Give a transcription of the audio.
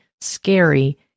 scary